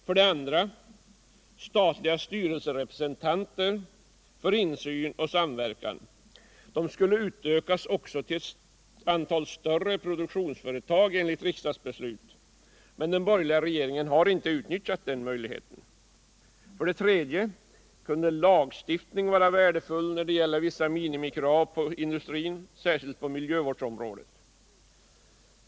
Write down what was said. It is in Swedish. För det andra skulle enligt riksdagsbeslut statliga styrelserepresentanter för insyn och samverkan utökas också till vissa större produktionsföretag. Men den borgerliga regeringen har inte utnyttjat den möjligheten. För det tredje kunde lagstiftning vara värdefull när det gäller vissa minimikrav på industrin, särskilt inom miljövårdsområdet.